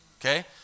okay